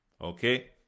Okay